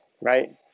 right